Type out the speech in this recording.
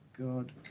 God